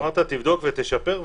אמרת: תבדוק ותשפר.